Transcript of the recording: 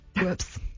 whoops